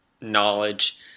knowledge